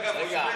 להפך, מפרגן.